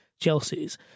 Chelsea's